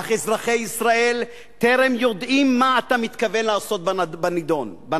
אך אזרחי ישראל טרם יודעים מה אתה מתכוון לעשות בנדון.